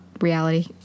reality